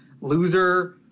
loser